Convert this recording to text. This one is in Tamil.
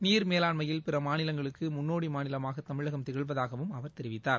நீர் மேலாண்மையில் பிற மாநிலங்களுக்கு முன்னோடி மாநிலமாக தமிழகம் திகழ்வதாகவும் அவர் தெரிவித்தார்